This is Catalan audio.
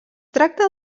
tracta